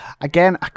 Again